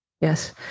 yes